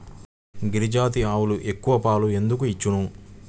గిరిజాతి ఆవులు ఎక్కువ పాలు ఎందుకు ఇచ్చును?